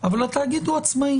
אבל התאגיד שלו הוא עצמאי,